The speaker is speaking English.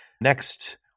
next